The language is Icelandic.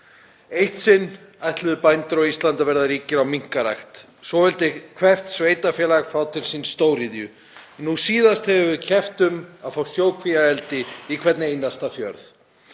Eitt sinn ætluðu bændur á Íslandi að verða ríkir á minkarækt. Svo vildi hvert sveitarfélag fá til sín stóriðju. Nú síðast hefur verið keppt um að fá sjókvíaeldi í hvern einasta fjörð.